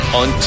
on